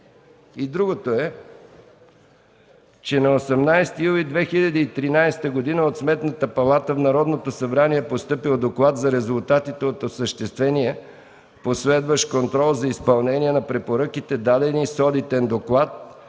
август 2013 г. На 18 юли 2013 г. от Сметната палата в Народното събрание е постъпил Доклад от резултатите за осъществения последващ контрол за изпълнение на препоръките, дадени с доклад